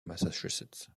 massachusetts